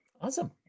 Awesome